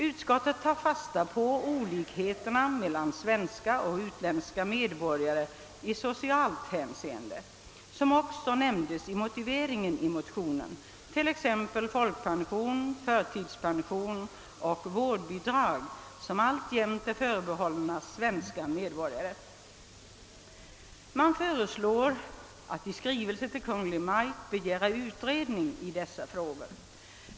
Utskottet tar fasta på olikheterna mellan svenska och utländska medborgare när det gäller sociala förmåner. Dessa olikheter framhölls också i motiveringen i motionerna. Jag avser här t.ex. folkpension, förtidspension och vårdbidrag, som alltjämt är förbehållna svenska medborgare. Utskottet föreslår att riksdagen i skrivelse till Kungl. Maj:t begär utredning i dessa frågor.